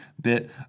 bit